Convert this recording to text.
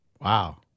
Wow